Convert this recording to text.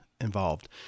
involved